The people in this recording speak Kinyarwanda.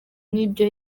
nibyo